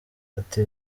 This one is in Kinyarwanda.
ati